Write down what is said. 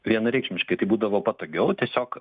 vienareikšmiškai tai būdavo patogiau tiesiog